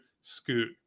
Scoot